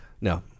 No